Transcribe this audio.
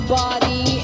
body